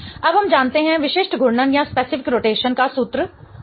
अब हम जानते हैं विशिष्ट घूर्णन रोटेशन का सूत्र सही है